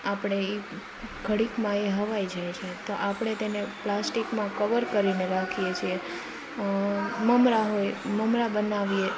આપણે ઘડીકમાં એ હવાઈ જાય છે તો આપણે તેને પ્લાસ્ટિકમાં કવર કરીને રાખીએ છીએ મમરા હોય મમરા બનાવીએ